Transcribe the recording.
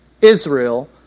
Israel